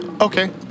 Okay